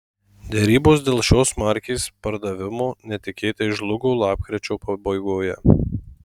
derybos dėl šios markės pardavimo netikėtai žlugo lapkričio pabaigoje